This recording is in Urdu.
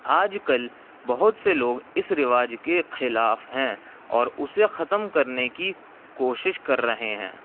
آج کل بہت سے لوگ اس رواج کے خلاف ہیں اور اسے ختم کرنے کی کوشش کر رہے ہیں